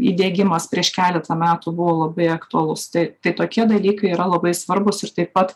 įdiegimas prieš keletą metų buvo labai aktualus tai tai tokie dalykai yra labai svarbūs ir taip pat